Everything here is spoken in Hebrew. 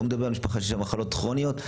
לא משפחה שיש בה מחלות כרוניות,